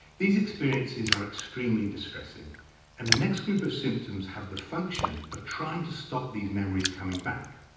these experiences are extremely distressing and the next group of symptoms have the function of trying to stop these memories coming back.